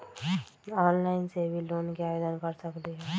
Online से भी loan के आवेदन कर सकलीहल?